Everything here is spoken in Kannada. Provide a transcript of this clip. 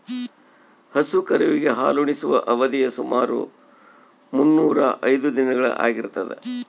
ಹಸು ಕರುವಿಗೆ ಹಾಲುಣಿಸುವ ಅವಧಿಯು ಸುಮಾರು ಮುನ್ನೂರಾ ಐದು ದಿನಗಳು ಆಗಿರ್ತದ